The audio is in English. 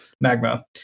magma